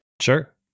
Sure